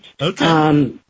Okay